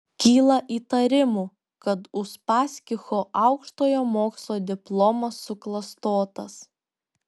kyla įtarimų kad uspaskicho aukštojo mokslo diplomas suklastotas